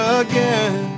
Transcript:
again